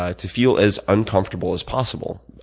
ah to feel as uncomfortable as possible,